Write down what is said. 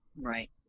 Right